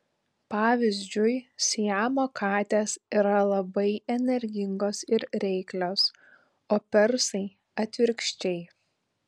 pavyzdžiui siamo katės yra labai energingos ir reiklios o persai atvirkščiai